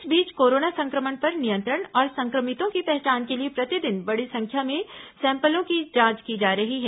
इस बीच कोरोना संक्रमण पर नियंत्रण और संक्रमितों की पहचान के लिए प्रतिदिन बड़ी संख्या में सैम्पलों की जांच की जा रही है